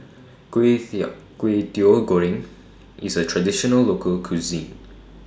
Kway Kway Teow Goreng IS A Traditional Local Cuisine